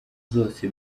zose